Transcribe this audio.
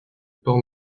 port